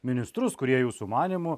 ministrus kurie jūsų manymu